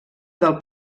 del